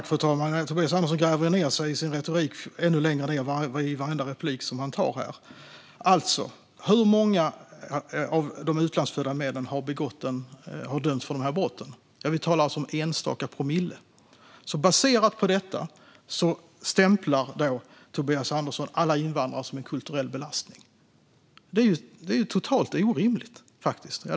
Fru talman! Tobias Andersson gräver för varje inlägg ned sig ännu längre ned i sin retorik. Hur många av de utlandsfödda männen har dömts för dessa brott? Vi talar alltså om enstaka promille. Baserat på detta stämplar Tobias Andersson alla invandrare som en kulturell belastning. Det är totalt orimligt.